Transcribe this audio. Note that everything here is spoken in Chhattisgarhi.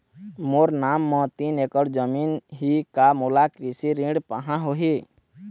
मोर नाम म तीन एकड़ जमीन ही का मोला कृषि ऋण पाहां होही?